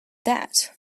that